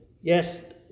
Yes